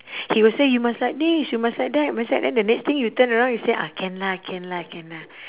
he will say you must like this you must like that must that then the next thing you turn around he say ah can lah can lah can lah